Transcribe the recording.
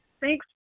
Thanks